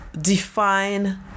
define